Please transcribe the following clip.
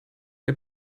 der